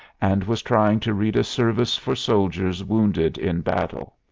and was trying to read a service for soldiers wounded in battle.